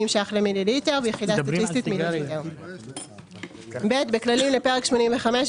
ש"ח למ"ל - מ"ל"; (ב) בכללים לפרק 85,